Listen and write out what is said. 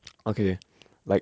okay like